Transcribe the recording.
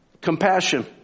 Compassion